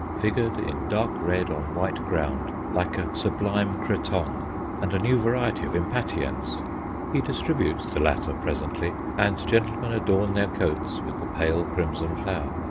figured in dark red on white ground like a sublime cretonne and a new variety of impatiens he distributes the latter presently, and gentlemen adorn their coats with the pale crimson flower.